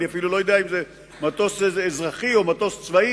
ואני אפילו לא יודע אם זה מטוס אזרחי או מטוס צבאי.